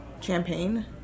Champagne